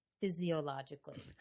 physiologically